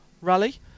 rally